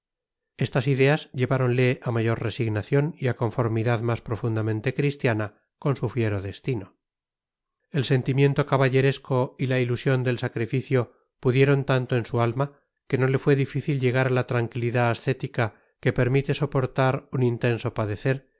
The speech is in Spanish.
estas ideas lleváronle a mayor resignación y a conformidad más profundamente cristiana con su fiero destino el sentimiento caballeresco y la ilusión del sacrificio pudieron tanto en su alma que no le fue difícil llegar a la tranquilidad ascética que permite soportar un intenso padecer